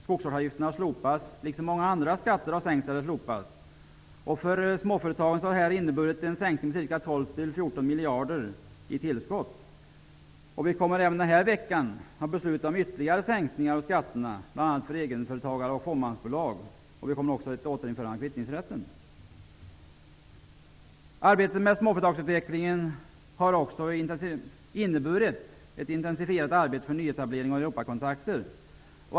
Skogsvårdsavgiften har slopats. Även många andra skatter har sänkts eller slopats. För småföretagen har detta inneburit ett tillskott på ca 12--14 miljarder. Den här veckan kommer vi dessutom att besluta om ytterligare sänkningar av skatter, bl.a. för egenföretagare och fåmansbolag. Vi kommer också att besluta om ett återinförande av kvittningsrätten. Arbetet med småföretagsutvecklingen har också inneburit ett intensifierat arbete för nyetablering och Europakontakter.